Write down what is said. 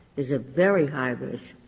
is a very high risk,